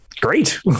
great